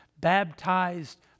baptized